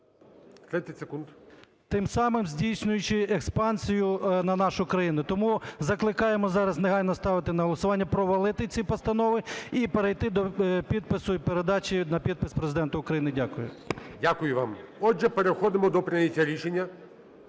тим самим здійснюючи експансію на нашу країну. Тому закликаємо зараз негайно ставити на голосування, провалити ці постанови і перейти до підпису і передачі на підпис Президенту України. Дякую. ГОЛОВУЮЧИЙ. Дякую вам. Отже, переходимо до прийняття рішення.